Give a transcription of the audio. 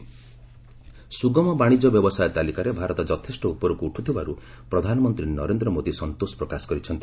PM ଇକି of doing ସୁଗମ ବାଣିଜ୍ୟ ବ୍ୟବସାୟ ତାଲିକାରେ ଭାରତ ଯଥେଷ୍ଟ ଉପରକୁ ଉଠୁଥିବାରୁ ପ୍ରଧାନମନ୍ତ୍ରୀ ନରେନ୍ଦ୍ର ମୋଦି ସନ୍ତୋଷ ପ୍ରକାଶ କରିଛନ୍ତି